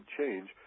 change